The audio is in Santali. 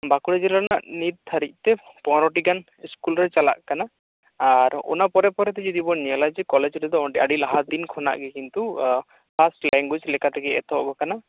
ᱵᱟᱸᱠᱩᱲᱟ ᱡᱮᱞᱟ ᱨᱮᱭᱟᱜ ᱱᱤᱛ ᱫᱷᱟᱹᱨᱤᱡ ᱛᱮ ᱯᱚᱱᱮᱨᱚ ᱴᱤ ᱜᱟᱱ ᱥᱠᱩᱞ ᱨᱮ ᱪᱟᱞᱟᱜ ᱠᱟᱱᱟ ᱟᱨ ᱚᱱᱟ ᱯᱚᱨᱮ ᱯᱚᱨᱮ ᱛᱮ ᱡᱩᱫᱤ ᱵᱚᱱ ᱧᱮᱞᱟ ᱠᱚᱞᱮᱡᱽ ᱨᱮᱫᱚ ᱟᱹᱰᱤ ᱞᱟᱦᱟ ᱫᱤᱱ ᱠᱷᱚᱱᱟᱜ ᱜᱮ ᱠᱤᱱᱛᱩ ᱯᱷᱟᱥᱴ ᱞᱮᱝᱜᱩᱭᱮᱡ ᱞᱮᱠᱟᱛᱮᱜᱮ ᱮᱛᱚᱦᱚᱵ ᱟᱠᱟᱱᱟ